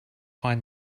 find